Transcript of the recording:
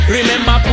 Remember